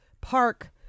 park